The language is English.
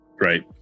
Right